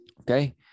okay